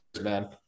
man